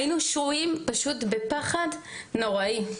היינו שוהים פשוט בפחד נוראי.